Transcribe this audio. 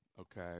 Okay